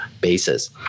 bases